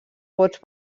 vots